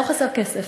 לא חסר כסף.